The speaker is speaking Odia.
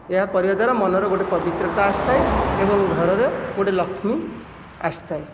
ଏହା କରିବା ଦ୍ଵାରା ମନରେ ଗୋଟିଏ ପବିତ୍ରତା ଆସିଥାଏ ଏବଂ ଘରରେ ଗୋଟିଏ ଲକ୍ଷ୍ମୀ ଆସିଥାଏ